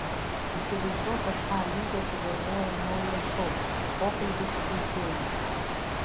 įsivaizduok kad a lyga sugalvoja naują šou pokalbiai su teisėjais